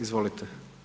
Izvolite.